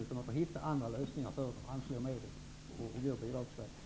Man får i stället hitta andra lösningar, genom medelsanvisning och bidragssystem.